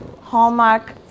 Hallmark